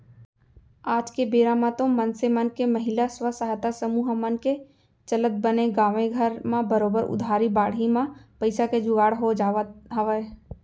आज के बेरा म तो मनसे मन के महिला स्व सहायता समूह मन के चलत बने गाँवे घर म बरोबर उधारी बाड़ही म पइसा के जुगाड़ हो जावत हवय